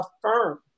affirm